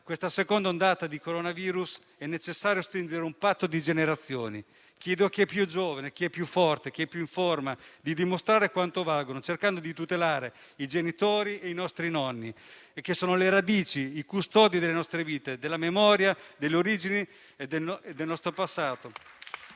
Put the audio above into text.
questa seconda ondata di coronavirus, è necessario stringere un patto generazionale. Chiedo a chi è più giovane, più forte e più in forma di dimostrare quanto vale tutelando i genitori e i nostri nonni che sono le radici, i custodi delle nostre vite, della memoria, delle origini e del nostro passato.